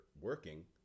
working